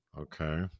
okay